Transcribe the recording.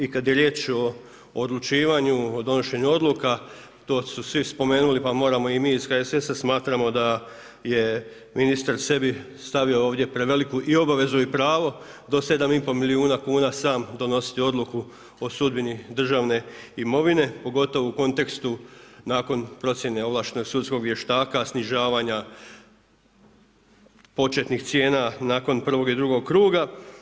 I kada je riječ o odlučivanju o donošenju odluka, to su svi spomenuli pa moramo mi iz HSS-a smatramo da je ministar sebi stavio ovdje preveliku i obavezu i pravo do 7,5 milijuna kuna sam donositi odluku o sudbini državne imovine pogotovo u kontekstu nakon procjene ovlaštenog sudskog vještaka snižavanja početnih cijena nakon prvog i drugog kruga.